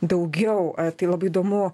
daugiau tai labai įdomu